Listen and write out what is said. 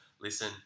listen